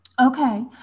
Okay